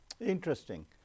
Interesting